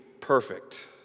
perfect